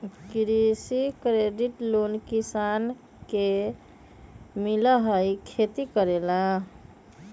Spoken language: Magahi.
कृषि क्रेडिट लोन किसान के मिलहई खेती करेला?